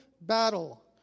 battle